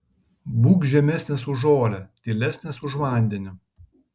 būk žemesnis už žolę tylesnis už vandenį